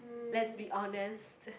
let's be honest